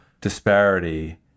disparity